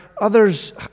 others